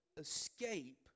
escape